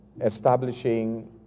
establishing